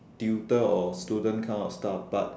tutor or student kind of stuff but